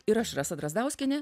ir aš rasa drazdauskienė